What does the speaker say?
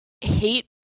hate